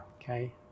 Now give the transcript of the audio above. okay